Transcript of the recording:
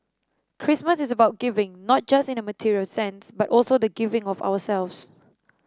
Christmas is about giving not just in a material sense but also the giving of ourselves